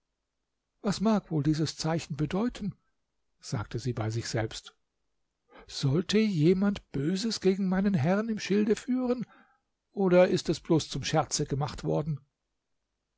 was mag wohl dieses zeichen bedeuten sagte sie bei sich selbst sollte jemand böses gegen meinen herrn im schilde führen oder ist es bloß zum scherze gemacht worden